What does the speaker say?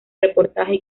reportaje